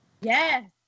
Yes